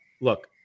look